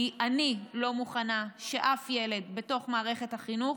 כי אני לא מוכנה שאף ילד בתוך מערכת החינוך